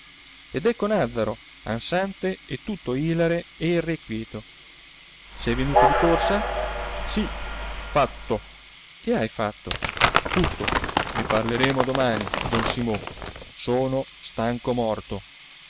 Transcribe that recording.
ed ecco nàzzaro ansante e tutto ilare e irrequieto sei venuto di corsa sì fatto che hai fatto tutto ne parleremo domani don simo sono stanco morto